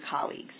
colleagues